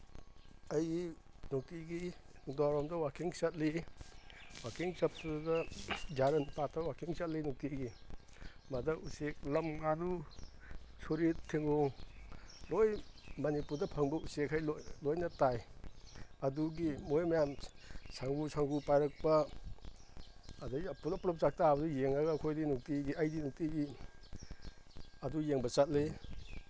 ꯑꯩ ꯅꯨꯡꯇꯤꯒꯤ ꯅꯨꯡꯗꯥꯡꯋꯥꯏꯔꯝꯗ ꯋꯥꯀꯤꯡ ꯆꯠꯂꯤ ꯋꯥꯀꯤꯡ ꯆꯠꯄꯗꯨꯗ ꯌꯥꯔꯜꯄꯥꯠꯇ ꯋꯥꯀꯤꯡ ꯆꯠꯂꯤ ꯅꯨꯡꯇꯤꯒꯤ ꯃꯗ ꯎꯆꯦꯛ ꯂꯝ ꯉꯥꯅꯨ ꯁꯨꯔꯤꯠ ꯊꯦꯡꯒꯨ ꯂꯣꯏ ꯃꯅꯤꯄꯨꯔꯗ ꯐꯪꯕ ꯎꯆꯦꯛꯈꯩ ꯂꯣꯏꯅ ꯇꯥꯏ ꯑꯗꯨꯒꯤ ꯃꯣꯏ ꯃꯌꯥꯝ ꯁꯪꯒꯨ ꯁꯪꯒꯨ ꯄꯥꯏꯔꯛꯄ ꯑꯗꯒꯤ ꯄꯨꯂꯞ ꯄꯨꯂꯞ ꯆꯛꯇꯥꯕꯗꯨ ꯌꯦꯡꯉꯒ ꯑꯩꯈꯣꯏꯗꯤ ꯅꯨꯡꯇꯤꯒꯤ ꯑꯩꯗꯤ ꯅꯨꯡꯇꯤꯒꯤ ꯑꯗꯨ ꯌꯦꯡꯕ ꯆꯠꯂꯤ